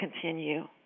continue